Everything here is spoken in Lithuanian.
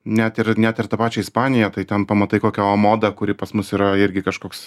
net ir net ir tą pačią ispaniją tai ten pamatai kokią omodą kuri pas mus yra irgi kažkoks